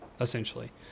essentially